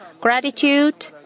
gratitude